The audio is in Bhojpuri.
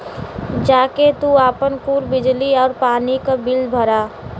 जा के तू आपन कुल बिजली आउर पानी क बिल भरा